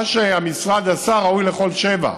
מה שהמשרד עשה ראוי לכל שבח.